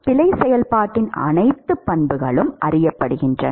பிழை செயல்பாட்டின் அனைத்து பண்புகளும் அறியப்படுகின்றன